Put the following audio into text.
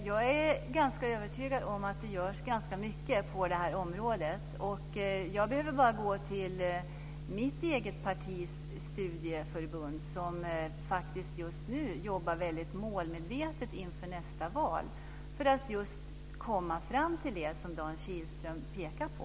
Fru talman! Jag är övertygad om att det görs ganska mycket på det här området. Jag behöver bara gå till mitt partis studieförbund, som just nu faktiskt arbetar väldigt målmedvetet inför nästa val för att komma fram till det som Dan Kihlström pekar på.